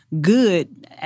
good